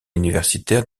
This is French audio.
universitaire